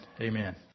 Amen